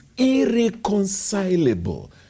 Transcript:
irreconcilable